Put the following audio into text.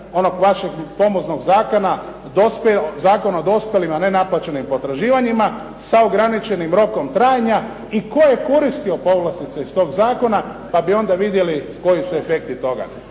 onog vašeg famoznog Zakona o dospjelim a nenaplaćenim potraživanjima sa ograničenim rokom trajanja i tko je koristio povlastice iz tog zakona pa bi onda vidjeli koji su efekti toga.